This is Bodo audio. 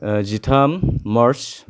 ओ जिथाम मार्च